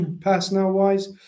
personnel-wise